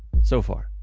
so far.